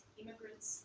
immigrants